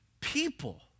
people